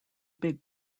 big